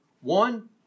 One